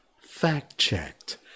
fact-checked